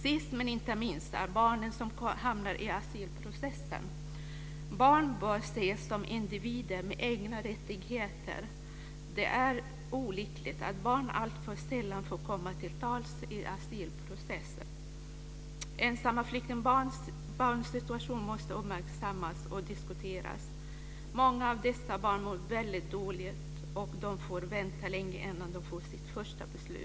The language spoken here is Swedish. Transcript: Sist men inte minst gäller det barnen som hamnar i asylprocessen. Barn bör ses som individer med egna rättigheter. Det är olyckligt att barn alltför sällan får komma till tals i asylprocessen. Ensamma flyktingbarns situation måste uppmärksammas och diskuteras. Många av dessa barn mår väldigt dåligt, och de får vänta länge innan de får sitt första beslut.